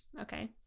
Okay